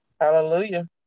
Hallelujah